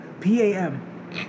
PAM